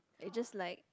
it just like